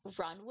run